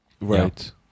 right